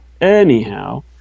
anyhow